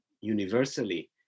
universally